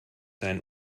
einen